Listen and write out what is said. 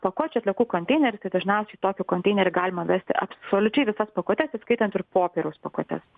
pakuočių atliekų konteineriai dažniausiai į tokį konteinerį galima mesti absoliučiai visas pakuotes įskaitant ir popieriaus pakuotes